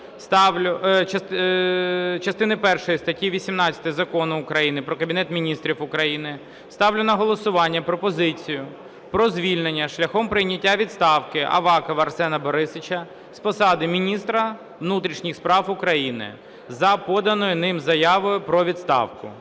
ставлю на голосування пропозицію про звільнення, шляхом прийняття відставки Авакова Арсена Борисовича з посади міністра внутрішніх справ України за поданою ним заявою про відставку.